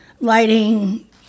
lighting